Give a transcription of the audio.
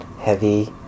heavy